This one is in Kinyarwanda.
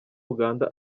uganda